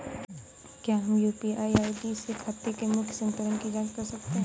क्या हम UPI ID से खाते के मूख्य संतुलन की जाँच कर सकते हैं?